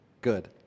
good